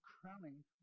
crowning